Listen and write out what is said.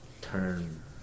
turn